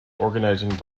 organizing